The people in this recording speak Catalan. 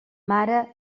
mare